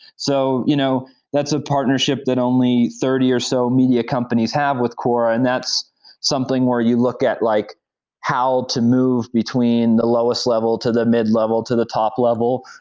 so you know that's a partnership that only thirty or so media companies have with quora. and that's something where you look at like how to move between the lowest level, to the mid-level, to the top level.